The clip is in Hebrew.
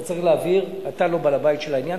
אתה צריך להעביר, אתה לא בעל-הבית של העניין.